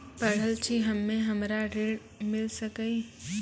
पढल छी हम्मे हमरा ऋण मिल सकई?